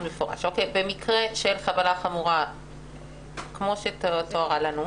במקרה של חבלה חמורה כפי שתוארה לנו,